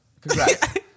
Congrats